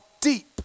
deep